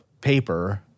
paper